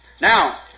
Now